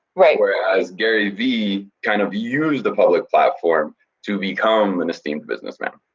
right. whereas gary v, kind of used the public platform to become an esteemed business man,